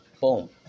Boom